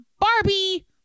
Barbie